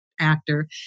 actor